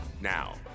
Now